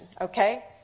Okay